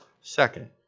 Second